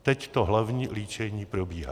Teď to hlavní líčení probíhá.